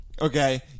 okay